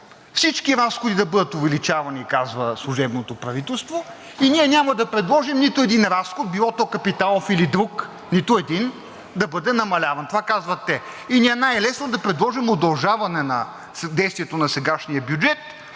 всички разходи да бъдат увеличавани, казва служебното правителство, и ние няма да предложим нито един разход, било то капиталов или друг, нито един, да бъде намаляван. Това казват те и ни е най-лесно да предложим удължаване на действието на сегашния бюджет,